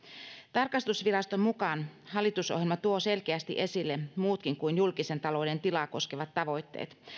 tarkastusviraston mukaan hallitusohjelma tuo selkeästi esille muutkin kuin julkisen talouden tilaa koskevat tavoitteet